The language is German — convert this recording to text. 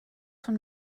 von